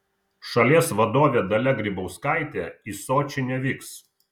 šalies vadovė dalia grybauskaitė į sočį nevyks